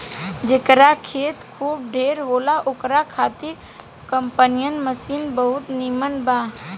जेकरा खेत खूब ढेर होला ओकरा खातिर कम्पाईन मशीन बहुते नीमन बा